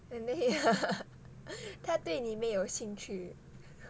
and then he 他对你没有兴趣